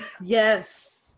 yes